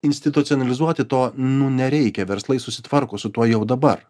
institucionalizuoti to nu nereikia verslai susitvarko su tuo jau dabar